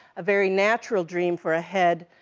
a very natural dream for a head,